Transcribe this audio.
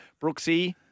Brooksy